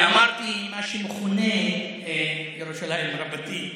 ואמרתי: מה שמכונה ירושלים רבתי,